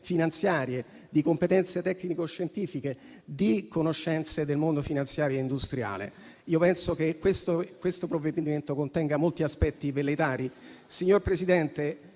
finanziarie e tecnico-scientifiche, nonché di conoscenze del mondo finanziario e industriale. Penso, insomma, che questo provvedimento contenga molti aspetti velleitari. Signor Presidente,